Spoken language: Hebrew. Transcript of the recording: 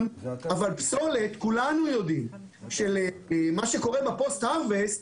אבל פסולת, כולנו יודעים שמה שקורה בפוסט הרווסט,